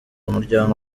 umuryango